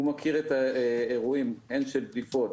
הוא מכיר את האירועים הן של דליפות,